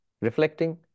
reflecting